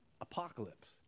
apocalypse